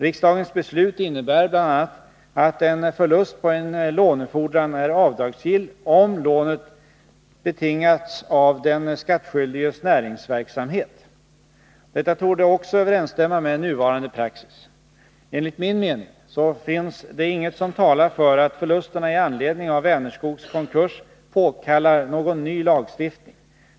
Riksdagens beslut innebär bl.a. att en förlust på en lånefordran är avdragsgill om lånet betingats av den skattskyldiges näringsverksamhet. Detta torde också överensstämma med nuvarande praxis. Enligt min mening finns det inget som talar för att förlusterna i anledning av Vänerskogs konkurs påkallar någon ny lagstiftning.